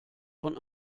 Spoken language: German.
von